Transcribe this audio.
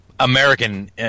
American